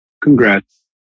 congrats